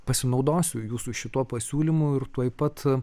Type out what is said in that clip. pasinaudosiu jūsų šituo pasiūlymu ir tuoj pat